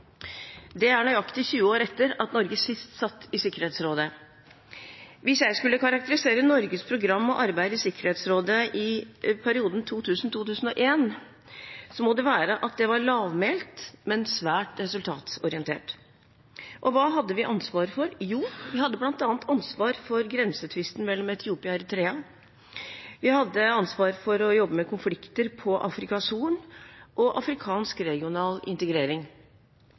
Det er nøyaktig 20 år etter at Norge sist satt i Sikkerhetsrådet. Hvis jeg skulle karakterisere Norges program og arbeid i Sikkerhetsrådet i perioden 2000–2001, må det være at det var lavmælt, men svært resultatorientert. Hva hadde vi ansvar for? Jo, vi hadde bl.a. ansvar for grensetvisten mellom Etiopia og Eritrea, vi hadde ansvar for å jobbe med konflikter på Afrikas Horn og afrikansk regional integrering.